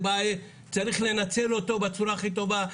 צריך לנצל אותו בצורה הכי טובה.